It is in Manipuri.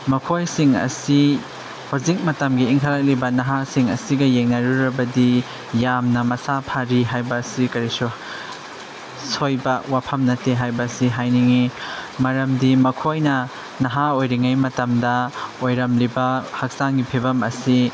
ꯃꯈꯣꯏꯁꯤꯡ ꯑꯁꯤ ꯍꯧꯖꯤꯛ ꯃꯇꯝꯒꯤ ꯏꯪꯈꯠꯂꯛꯂꯤꯕ ꯅꯍꯥꯁꯤꯡ ꯑꯁꯤꯒ ꯌꯦꯡꯅꯔꯨꯔꯕꯗꯤ ꯌꯥꯝꯅ ꯃꯁꯥ ꯐꯔꯤ ꯍꯥꯏꯕ ꯑꯁꯤ ꯀꯔꯤꯁꯨ ꯁꯣꯏꯕ ꯋꯥꯐꯝ ꯅꯠꯇꯦ ꯍꯥꯏꯕ ꯑꯁꯤ ꯍꯥꯏꯅꯤꯡꯉꯤ ꯃꯔꯝꯗꯤ ꯃꯈꯣꯏꯅ ꯅꯍꯥ ꯑꯣꯏꯔꯤꯉꯩ ꯃꯇꯝꯗ ꯑꯣꯏꯔꯝꯂꯤꯕ ꯍꯛꯆꯥꯡꯒꯤ ꯐꯤꯕꯝ ꯑꯁꯤ